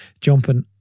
jumping